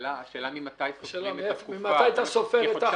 השאלה ממתי אתה סופר את התקופה?